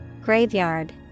Graveyard